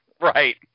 Right